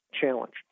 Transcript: challenge